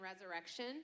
resurrection